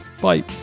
Bye